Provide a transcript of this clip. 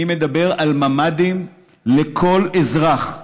אני מדבר על ממ"דים לכל אזרח,